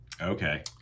Okay